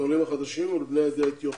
לעולים החדשים ולבני העדה האתיופית.